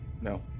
No